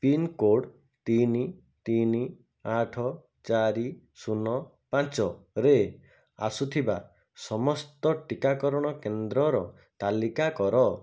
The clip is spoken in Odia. ପିନ୍କୋଡ଼୍ ତିନି ତିନି ଆଠ ଚାରି ଶୂନ ପାଞ୍ଚ ରେ ଆସୁଥିବା ସମସ୍ତ ଟିକାକରଣ କେନ୍ଦ୍ରର ତାଲିକା କର